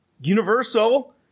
Universal